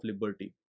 Liberty